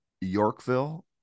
Yorkville